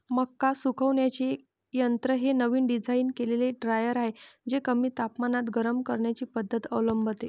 मका सुकवण्याचे यंत्र हे नवीन डिझाइन केलेले ड्रायर आहे जे कमी तापमानात गरम करण्याची पद्धत अवलंबते